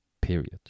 period